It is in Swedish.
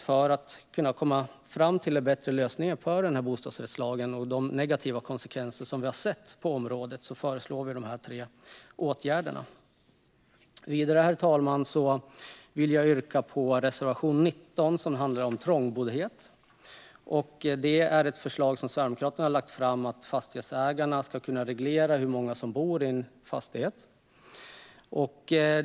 För att kunna komma fram till bättre lösningar för bostadsrättslagen och de negativa konsekvenser som vi har sett på området föreslår vi de här tre åtgärderna. Herr talman! Vidare yrkar jag bifall till reservation 19, som handlar om trångboddhet. Sverigedemokraterna har lagt fram ett förslag om att fastighetsägarna ska kunna reglera hur många som bor i en fastighet.